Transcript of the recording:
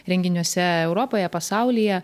renginiuose europoje pasaulyje